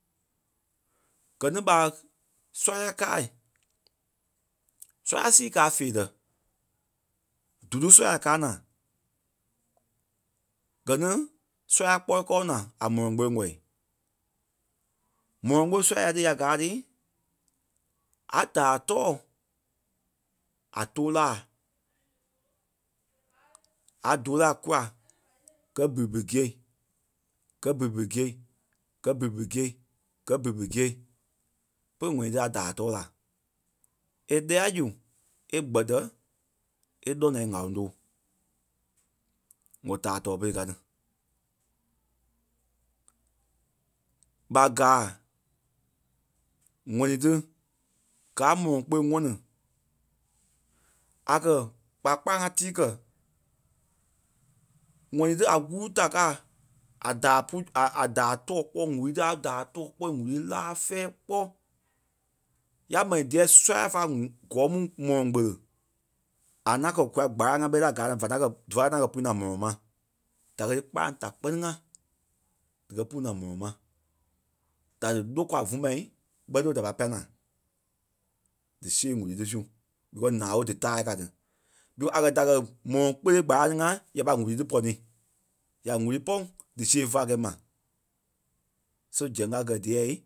Gɛ ní ɓa sɔ́ya káa. Sɔ́ya sii kàa feerɛ dúdu sɔ́ya kàa naa. Gɛ ni sɔ́ya kpɔɔi kɔɔ naa a mɔlɔŋ kpeŋ ŋ̀ɔ́i. Mɔlɔŋ ɓo sɔ́ya ti ya gaa ti a daai tɔɔ a tou laa. A dou laa kula gɛ́ bibi gîe, gɛ́ bibi gîe, gɛ́ bibi gîe, gɛ́ bibi gîe pe ŋ̀ɔ́i tí a daai tɔɔ la. E lɛ́ɛ la zu e gbɛtɛ e lɔ́ naa e ŋ̀áloŋ tɔɔ. ŋ̀ɔ daai tɔɔ pere ka ti. ɓa gaa ŋɔni tí gaa a mɔlɔŋ kpele ŋɔni. A kɛ̀ ɓa kpâlaŋ ŋa tíi kɛ̀. ŋɔni a wúru da káa a daai pú a- a- daai tɔɔ kpɔ́ ŋ̀úrui tí a daai tɔɔ kpɔ́ ŋ̀úrui laa fɛ̂ɛ kpɔ́. Ya mɛni díyɛ sɔ́ya fá ŋu- kɔɔ mu mɔlɔŋ kpele a ŋaŋ kɛ̀ kula gbâlaŋ ŋa ɓɛ ti ta gaa naa va ŋaŋ kɛ̀ dífa ŋaŋ kɛ̀ pui naa mɔlɔŋ ma. Da kɛ̀ lii kpâlaŋ da kpɛ́ni ŋa dikɛ pú naa mɔlɔŋ ma. Da dí lókwa vúmai ɓɛ ti ɓé da pai pâi naa. Dí see ŋ̀úrui tí su because naa ɓé dítaai ka ti. Lu a kɛ̀ da kɛ̀ mɔlɔŋ kpele gbâlaŋ tí ŋa ya pâi ŋ̀úrui i pɔnii. Ya ŋ̀úrui pɔŋ dísee fé pai kɛi ma. So zɛŋ a kɛ díyɛ